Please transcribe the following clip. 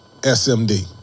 SMD